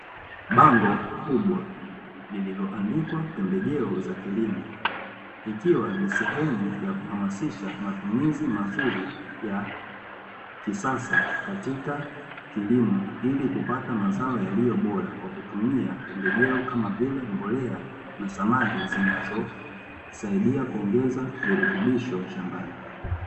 Bango kubwa lililoandikwa pembejeo za kilimo likiwa ni sehemu ya kuhamasisha matumizi mazuri ya kisasa katika kilimo, ili kupata mazao yaliyo bora kwa kutumia pembejeo kama vile mbolea na samadi zinazo saidia kuongeza virutubisho shambani.